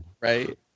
Right